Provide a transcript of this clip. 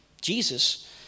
Jesus